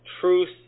truth